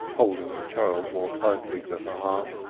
holding the child more tightly to her heart.